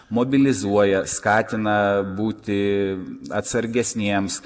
mobilizuoja skatina būti atsargesniems